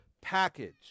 package